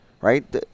right